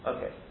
Okay